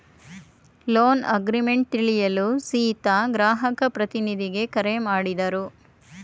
loan agreement ತಿಳಿಯಲು ಸೀತಾ ಗ್ರಾಹಕ ಪ್ರತಿನಿಧಿಗೆ ಕರೆ ಮಾಡಿದರು